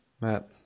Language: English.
Matt